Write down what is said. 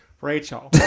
Rachel